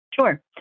Sure